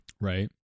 Right